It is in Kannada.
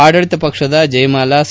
ಆಡಳಿತ ಪಕ್ಷದ ಜಯಮಾಲಾ ಸಾ